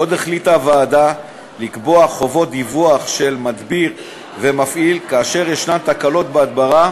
עוד החליטה הוועדה לקבוע חובות דיווח של מדביר ומפעיל כאשר יש בהדברה